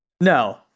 No